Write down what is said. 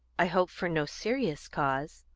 i hope for no serious cause,